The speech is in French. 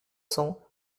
cents